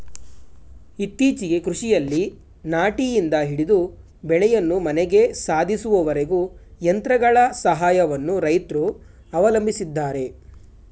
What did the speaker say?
ಇತ್ತೀಚೆಗೆ ಕೃಷಿಯಲ್ಲಿ ನಾಟಿಯಿಂದ ಹಿಡಿದು ಬೆಳೆಯನ್ನು ಮನೆಗೆ ಸಾಧಿಸುವವರೆಗೂ ಯಂತ್ರಗಳ ಸಹಾಯವನ್ನು ರೈತ್ರು ಅವಲಂಬಿಸಿದ್ದಾರೆ